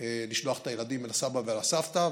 לשלוח את הילדים אל הסבא ואל הסבתא,